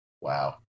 Wow